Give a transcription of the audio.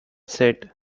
said